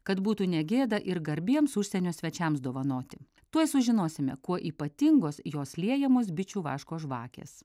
kad būtų negėda ir garbiems užsienio svečiams dovanoti tuoj sužinosime kuo ypatingos jos liejamos bičių vaško žvakės